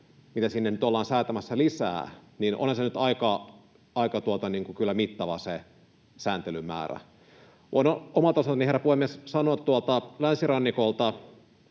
mitä sinne nyt ollaan säätämässä lisää, niin onhan se nyt kyllä aika mittava se sääntelymäärä. Voin omalta osaltani, herra puhemies, sanoa tuolta länsirannikolta,